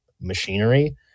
machinery